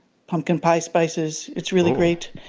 pumpkin pie spices. it's really great.